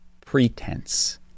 pretense